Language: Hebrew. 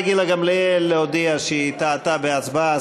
השרה גילה גמליאל הודיעה שהיא טעתה בהצבעה,